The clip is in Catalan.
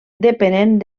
depenent